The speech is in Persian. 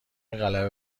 غلبه